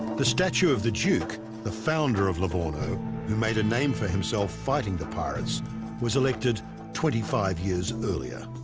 the statue of the duke the founder of livorno who made a name for himself fighting the pirates was elected twenty five years and earlier